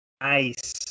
Nice